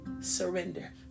surrender